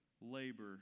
labor